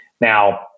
Now